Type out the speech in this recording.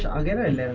and in